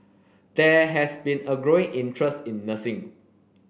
there has been a growing interest in nursing